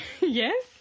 Yes